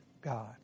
God